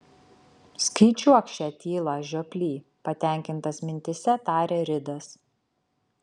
skaičiuok šią tylą žioply patenkintas mintyse tarė ridas